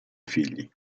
figli